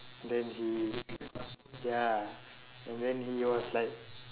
then he ya and then he was like